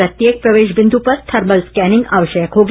प्रत्येक प्रवेश बिन्दु पर थर्मल स्कैनिंग आवश्यक होगी